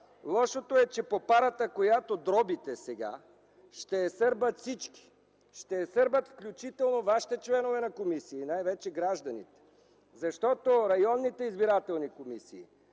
лошото е, че попарата, която дрóбите сега, ще я сърбат всички – ще я сърбат включително вашите членове на комисии, най-вече гражданите. Защото основната задача на